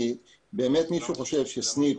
מישהו חושב שסניף